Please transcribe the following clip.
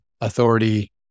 authority